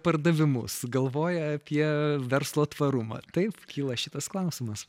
pardavimus galvoja apie verslo tvarumą taip kyla šitas klausimas